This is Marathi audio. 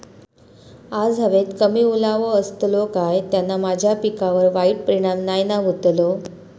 आज हवेत कमी ओलावो असतलो काय त्याना माझ्या पिकावर वाईट परिणाम नाय ना व्हतलो?